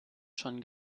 schon